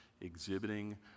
exhibiting